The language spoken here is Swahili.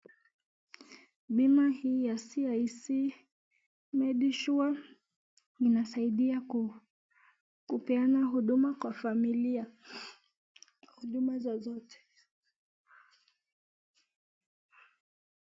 Bima hii ya CIC Made Sure inasaidia kupeana huduma kwa familia , huduma zozote.